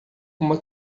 uma